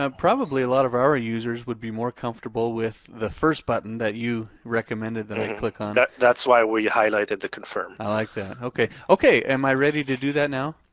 ah probably a lot of our users would be more comfortable with the first button that you recommended that i click on. and that's why we highlighted the confirm. i like that okay. okay, am i ready to do that now?